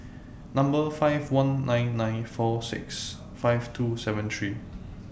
Number five one nine nine four six five two seven three